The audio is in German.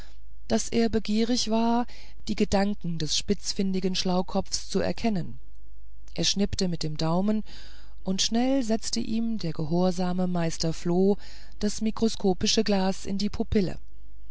daß er begierig war die gedanken des spitzfindigen schlaukopfs zu erkennen er schnippte mit dem daumen und schnell setzte ihm der gehorsame meister floh das mikroskopische glas in die pupille